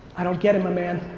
i don't get it, my man.